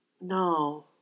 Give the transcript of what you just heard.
No